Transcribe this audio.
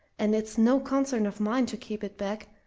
and it's no concern of mine to keep it back,